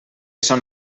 són